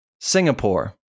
Singapore